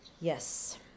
yes